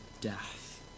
death